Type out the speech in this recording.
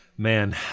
Man